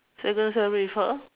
second February for